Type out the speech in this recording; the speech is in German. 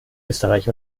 österreich